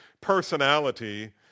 personality